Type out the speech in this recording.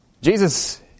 Jesus